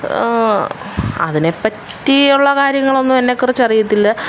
അതിനെപ്പറ്റിയുള്ള കാര്യങ്ങളൊന്നും അതിനെക്കുറിച്ച് അറിയത്തില്ല